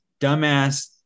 dumbass